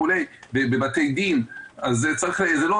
בבתי דין וכו'.